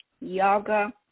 Yoga